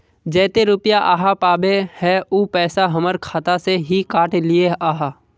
जयते रुपया आहाँ पाबे है उ पैसा हमर खाता से हि काट लिये आहाँ?